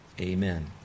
amen